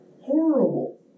horrible